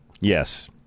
Yes